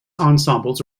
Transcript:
ensembles